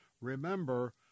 Remember